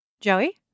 Joey